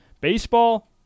Baseball